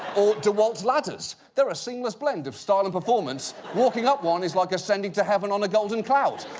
or dewalt ladders they're a seamless blend of style and performance. walking up one is like ascending to heaven on a golden cloud.